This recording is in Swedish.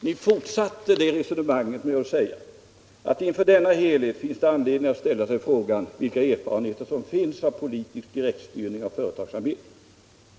Ni fortsatte det resonemanget med att säga: ”Inför denna helhet finns det anledning att ställa sig frågan vilka erfarenheter som finns av politisk direktstyrning av företagsamhet.